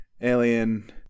alien